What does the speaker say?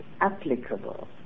applicable